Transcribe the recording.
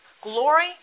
glory